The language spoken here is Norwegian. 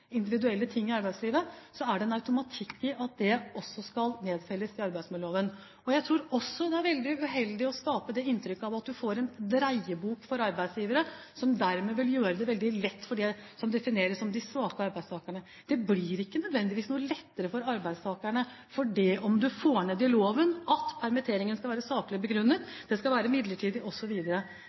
uheldig å skape inntrykk av at man får en dreiebok for arbeidsgivere, som dermed vil gjøre det veldig lett for dem som defineres som de svake arbeidstakerne. Det blir ikke nødvendigvis noe lettere for arbeidstakerne om man får nedfelt i loven at permitteringen skal være saklig begrunnet, midlertidig osv. Dette er vanskelige bestemmelser som praktiseres i dag, uansett om det